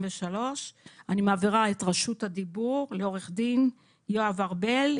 אני מעבירה את רשות הדיבור לעו"ד יואב ארבל,